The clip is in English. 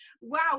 wow